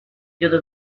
you’re